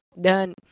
done